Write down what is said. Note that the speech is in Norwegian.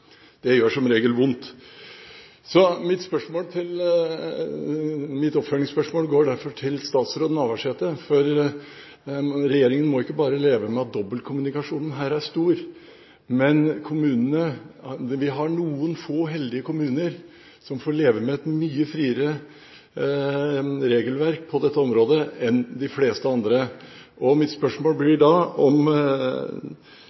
Det gjør som regel vondt. Mitt oppfølgingsspørsmål går derfor til statsråd Navarsete. Regjeringen må ikke bare leve med at dobbeltkommunikasjonen her er stor, men vi har noen få, heldige kommuner som får leve med et mye friere regelverk på dette området enn de fleste andre. Mitt spørsmål